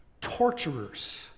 torturers